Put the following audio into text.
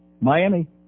Miami